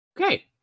Okay